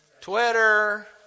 Twitter